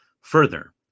Further